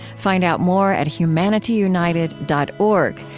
find out more at humanityunited dot org,